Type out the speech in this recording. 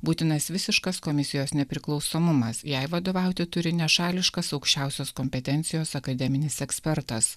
būtinas visiškas komisijos nepriklausomumas jai vadovauti turi nešališkas aukščiausios kompetencijos akademinis ekspertas